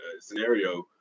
scenario